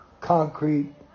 concrete